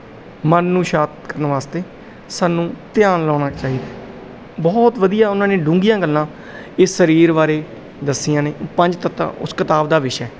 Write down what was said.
ਮਨ ਨੂੰ ਸ਼ਾਂਤ ਕਰਨ ਵਾਸਤੇ ਸਾਨੂੰ ਧਿਆਨ ਲਾਉਣਾ ਚਾਹੀਦਾ ਬਹੁਤ ਵਧੀਆ ਉਹਨਾਂ ਨੇ ਡੂੰਘੀਆਂ ਗੱਲਾਂ ਇਸ ਸਰੀਰ ਬਾਰੇ ਦੱਸੀਆਂ ਨੇ ਪੰਜ ਤੱਤਾਂ ਉਸ ਕਿਤਾਬ ਦਾ ਵਿਸ਼ਾ